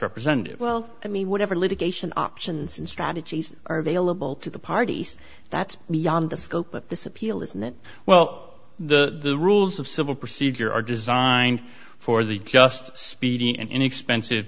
representative well i mean whatever litigation options and strategies are available to the parties that's beyond the scope of this appeal isn't it well the rules of civil procedure are designed for the just speedy and inexpensive